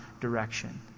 direction